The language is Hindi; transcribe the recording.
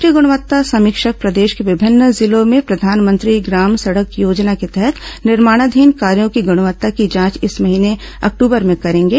राष्ट्रीय ग्रणवत्ता समीक्षक प्रदेश के विभिन्न जिलों में प्रधानमंत्री ग्राम सड़क योजना के तहत निर्माणाधीन कार्यो की गुणवत्ता की जांच इस महीने अक्टूबर में करेंगे